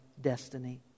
destiny